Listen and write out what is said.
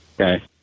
Okay